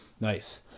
Nice